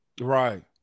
Right